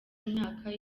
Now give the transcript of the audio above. imyaka